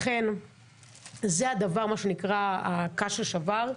זה היה הקש ששבר,